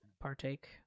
partake